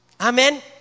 Amen